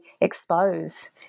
expose